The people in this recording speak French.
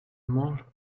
mange